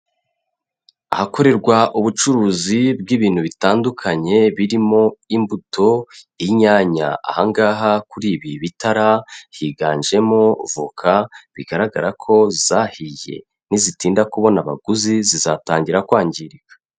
Ahakorerwa ubucuruzi bw'ibintu bitandukanye birimo imbuto, inyanya, aha ngaha kuri ibi bitara higanjemo voka bigaragara ko zahiye, nizitinda kubona abaguzi zizatangira kwangirika.